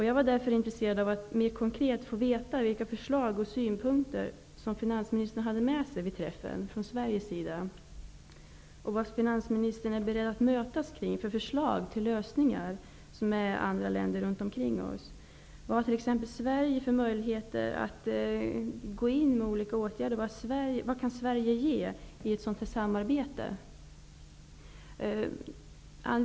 Jag var därför intresserad av att mer konkret få veta vilka förslag och synpunkter som finansministern hade med sig från svensk sida och vilka förslag till lösningar från andra länder som finansministern är beredd att mötas av, vilka möjligheter Sverige har att gå in med olika åtgärder och vad Sverige kan ge i ett sådant samarbete.